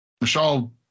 Michelle